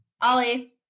Ollie